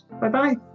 Bye-bye